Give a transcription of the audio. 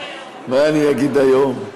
מה תגיד היום?